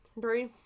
Three